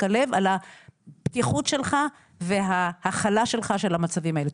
הלב על הפתיחות שלך וההכלה שלך של המצבים האלה.